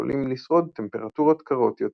ויכולים לשרוד טמפרטורות קרות יותר.